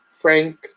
Frank